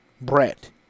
Brett